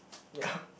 ya